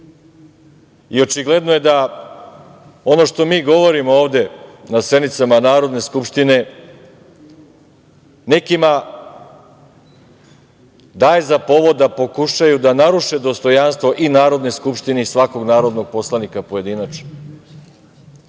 i očigledno je da ono što mi govorimo ovde na sednicama Narodne skupštine nekima daje za povod da pokušaju da naruše dostojanstvo i Narodne skupštine i svakog narodnog poslanika pojedinačno. Podsetiću